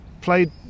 played